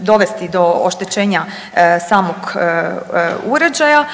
dovesti do oštećenja samog uređaja